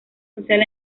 social